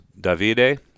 Davide